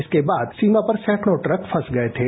इसके बाद सीमा पर सैकडों ट्रक फंस गए थे